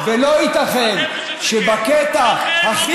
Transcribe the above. אנחנו חוזרים ואומרים לציבור הישראלי: שתי מדינות לשני עמים,